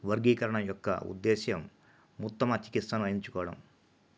వర్గీకరణ యొక్క ఉద్దేశ్యం ఉత్తమ చికిత్సను ఎంచుకోవడం